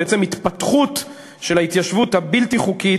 בעצם התפתחות של ההתיישבות הבלתי-חוקית